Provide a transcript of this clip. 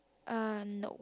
uh no